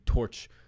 torch